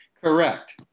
Correct